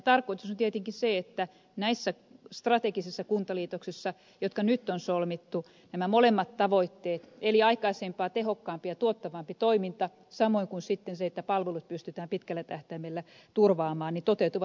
tarkoitus on tietenkin se että näissä strategisissa kuntaliitoksissa jotka nyt on solmittu nämä molemmat tavoitteet eli aikaisempaa tehokkaampi ja tuottavampi toiminta samoin kuin sitten se että palvelut pystytään pitkällä tähtäimellä turvaamaan toteutuvat